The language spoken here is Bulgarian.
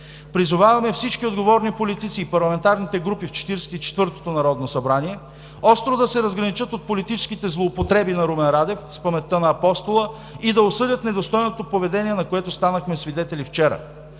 Призоваваме всички отговорни политици и парламентарните групи в Четиридесет и четвъртото народно събрание остро да се разграничат от политическите злоупотреби на Румен Радев с паметта на Апостола и да осъдят недостойното поведение, на което станахме свидетели вчера!